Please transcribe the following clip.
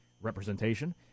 representation